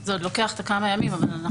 זה עוד לוקח כמה ימים אבל אנחנו עובדים על זה.